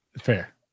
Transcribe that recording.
Fair